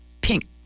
pink